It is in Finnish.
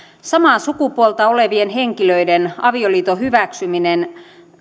samaa sukupuolta olevien henkilöiden avioliiton hyväksyminen